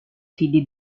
figli